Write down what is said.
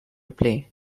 play